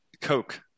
Coke